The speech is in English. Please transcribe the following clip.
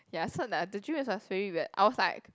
ya so like the dream is was very weird I was like